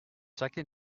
second